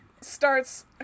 starts